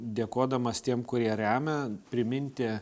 dėkodamas tiem kurie remia priminti